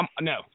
No